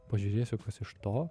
pažiūrėsiu kas iš to